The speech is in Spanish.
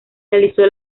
realizó